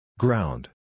Ground